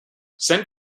sent